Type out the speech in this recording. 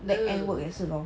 leg end work 也是 lor